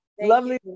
Lovely